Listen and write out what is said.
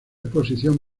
exposición